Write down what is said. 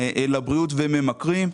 לבריאות וממכרים,